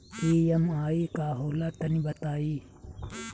EMI का होला तनि बताई?